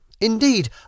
Indeed